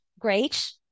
great